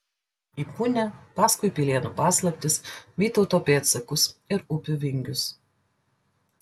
į punią paskui pilėnų paslaptis vytauto pėdsakus ir upių vingius